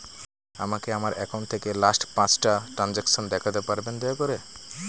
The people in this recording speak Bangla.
আমাকে আমার অ্যাকাউন্ট থেকে লাস্ট পাঁচটা ট্রানজেকশন দেখাতে পারবেন দয়া করে